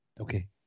Okay